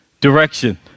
direction